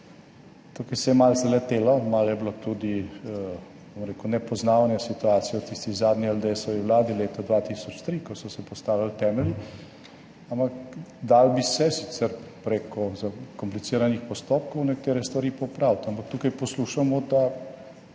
Tukaj se je malo zaletelo, malo je bilo tudi, bom rekel, nepoznavanje situacije v tisti zadnji LDS-ovi vladi leta 2003, ko so se postavljali temelji, ampak dalo bi se sicer preko za kompliciranih postopkov nekatere stvari popraviti. Ampak tukaj poslušamo, da